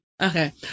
Okay